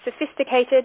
sophisticated